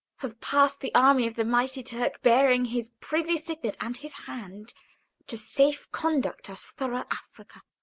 have pass'd the army of the mighty turk, bearing his privy-signet and his hand to safe-conduct us thorough africa.